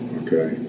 okay